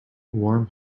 warm